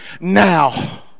Now